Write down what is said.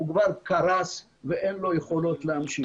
הוא קרס ואין לו יכולות להמשיך.